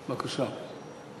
בבקשה.